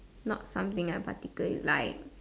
not something I particularly like